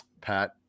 pat